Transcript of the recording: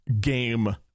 game